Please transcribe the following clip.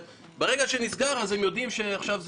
ברגע שנסגר אז הם יודעים שעכשיו זאת